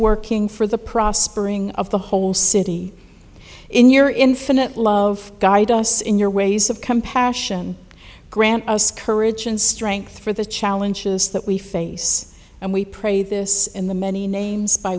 working for the prospering of the whole city in your infinite love guide us in your ways of compassion grant us courage and strength for the challenges that we face and we pray this in the many names by